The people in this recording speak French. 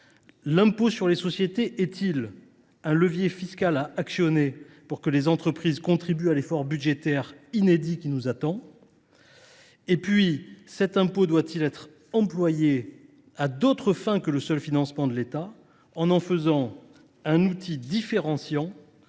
L’impôt sur les sociétés est il un levier fiscal à actionner pour que les entreprises contribuent à l’effort budgétaire inédit qui nous attend ? Et cet impôt doit il être employé à d’autres fins que le seul financement de l’État, en en faisant un outil différenciant,